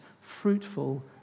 fruitful